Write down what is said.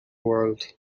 world